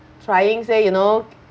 trying say you know